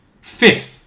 Fifth